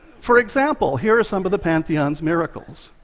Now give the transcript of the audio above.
for example, here are some of the pantheon's miracles.